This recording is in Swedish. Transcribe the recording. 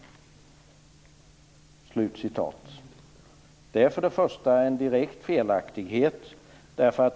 Det är för det första en direkt felaktighet.